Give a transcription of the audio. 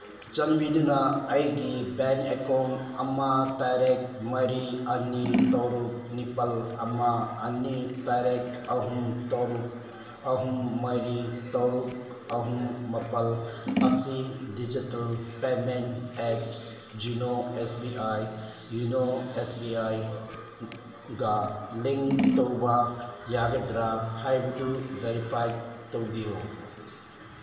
ꯆꯥꯟꯕꯤꯗꯨꯅ ꯑꯩꯒꯤ bank account ꯑꯃ ꯇꯔꯦꯠ ꯃꯔꯤ ꯑꯅꯤ ꯇꯔꯨꯛ ꯅꯤꯄꯥꯟ ꯑꯃ ꯑꯅꯤ ꯇꯔꯦꯠ ꯑꯍꯨꯝ ꯇꯔꯨꯛ ꯑꯍꯨꯝ ꯃꯔꯤ ꯇꯔꯨꯛ ꯑꯍꯨꯝ ꯃꯥꯄꯟ ꯑꯁꯤ digital payment apps YONO S B I YONO S B ꯑꯥꯏꯒ ꯂꯤꯡ ꯇꯧꯕ ꯌꯥꯒꯗ꯭ꯔꯥ ꯍꯥꯏꯕꯗꯨ ꯚꯦꯔꯤꯐꯥꯏꯠ ꯇꯧꯕꯤꯌꯨ